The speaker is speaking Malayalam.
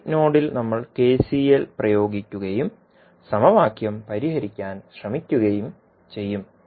ഈ നോഡിൽ നമ്മൾ കെസിഎൽ പ്രയോഗിക്കുകയും സമവാക്യം പരിഹരിക്കാൻ ശ്രമിക്കുകയും ചെയ്യും